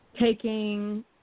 taking –